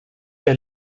der